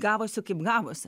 gavosi kaip gavosi